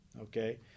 okay